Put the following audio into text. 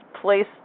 place